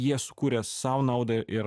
jie sukūrė sau naudą ir